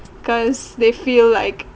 cause they feel like